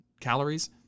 calories